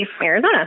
Arizona